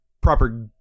proper